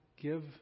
give